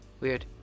Weird